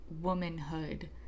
womanhood